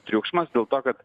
triukšmas dėl to kad